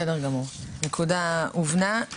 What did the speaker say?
בסדר גמור, הנקודה הובנה.